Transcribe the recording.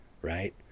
Right